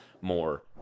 more